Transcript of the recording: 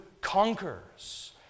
conquers